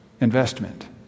investment